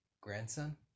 grandson